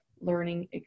learning